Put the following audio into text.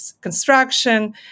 construction